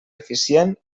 eficient